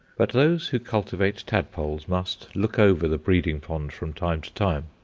but those who cultivate tadpoles must look over the breeding-pond from time to time.